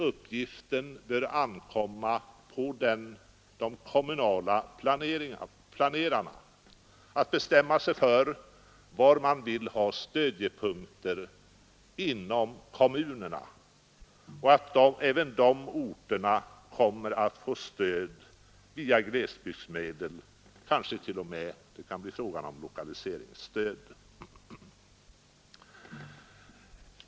Uppgiften att bestämma var man skall ha stödjepunkter inom kommuner bör emellertid ankomma på de kommunala planerarna. Även dessa orter kommer att få stöd via glesbygdsmedel — kanske det t.o.m. kan bli fråga om lokaliseringsstöd.